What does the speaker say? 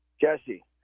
Jesse